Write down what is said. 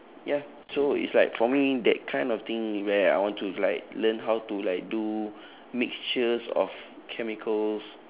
ya so it's like for me that kind of thing where I want to like learn how to like do mixtures of chemicals